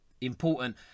important